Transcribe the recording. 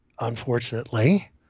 unfortunately